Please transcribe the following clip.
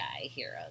hero